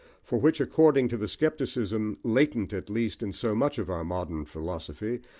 for which, according to the scepticism, latent at least, in so much of our modern philosophy,